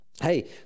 hey